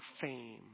fame